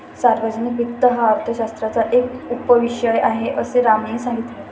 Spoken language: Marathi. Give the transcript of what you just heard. सार्वजनिक वित्त हा अर्थशास्त्राचा एक उपविषय आहे, असे रामने सांगितले